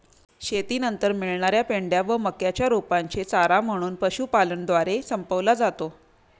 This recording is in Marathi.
शेतीनंतर मिळणार्या पेंढ्या व मक्याच्या रोपांचे चारा म्हणून पशुपालनद्वारे संपवला जातो